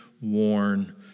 worn